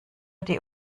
die